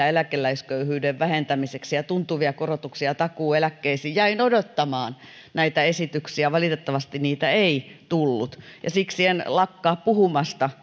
eläkeläisköyhyyden vähentämiseksi ja tuntuvia korotuksia takuueläkkeisiin jäin odottamaan näitä esityksiä valitettavasti niitä ei tullut ja siksi en lakkaa puhumasta